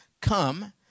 come